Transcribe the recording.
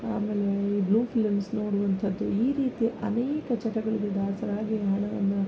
ಆಮೇಲೆ ಈ blue films ನೋಡುವಂಥದ್ದು ಈ ರೀತಿ ಅನೇಕ ಚಟಗಳಿಗೆ ದಾಸರಾಗಿ ಹಣವನ್ನು